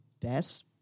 best